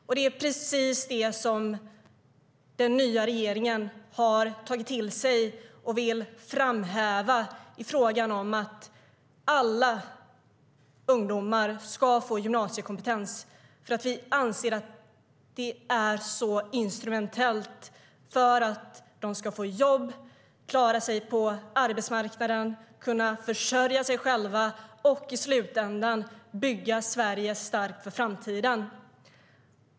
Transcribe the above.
Det är också precis det som den nya regeringen har tagit till sig och vill framhäva i frågan om att alla ungdomar ska få gymnasiekompetens. Vi anser nämligen att det är så instrumentellt för att de ska få jobb, klara sig på arbetsmarknaden, kunna försörja sig själva och i slutänden bygga Sverige starkt för framtiden.